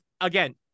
again